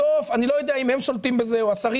אני לא יודע אם הם שולטים בזה או השרים